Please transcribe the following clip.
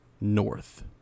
north